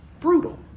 brutal